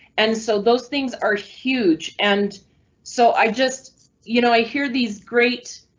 and so those things are huge. and so i just you know, i hear these great.